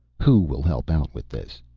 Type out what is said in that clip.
who will help out with this?